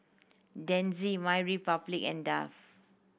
Denizen MyRepublic and Dove